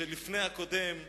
שלפני הקודם,